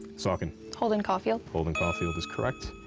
saucon. holden caulfield. holden caulfield is correct.